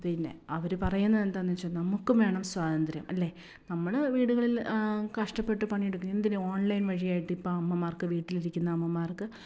പിന്നെ അവർ പറയുന്നത് അന്താണെന്ന് വച്ചാൽ നമുക്കും വേണം സ്വാതന്ത്ര്യം അല്ലെ നമ്മൾ വീടുകളിൽ കഷ്ടപ്പെട്ട് പണിയെടുത്ത് എന്തിന് ഓൺലൈൻ വഴിയായിട്ട് ഇപ്പം അമ്മമാർക്ക് വീട്ടിലിരിക്കുന്ന അമ്മമാർക്ക്